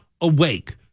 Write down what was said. awake